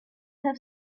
have